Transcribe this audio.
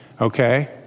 okay